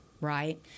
right